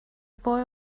boy